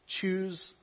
Choose